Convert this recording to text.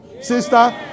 Sister